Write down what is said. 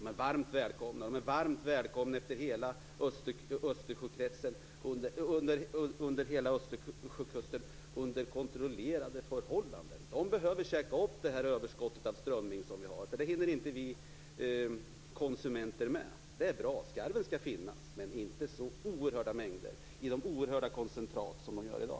De är varmt välkomna efter hela Östersjökusten under kontrollerade förhållanden. De behöver äta upp det överskott av strömming som vi har, eftersom vi konsumenter inte hinner med det. Det är bra. Skarven skall finnas, men inte i sådana oerhört stora mängder och i de oerhört stora koncentrat som i dag.